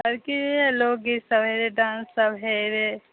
आओर की लोकगीत सभ होइ रहै डान्स सभ होइ रहै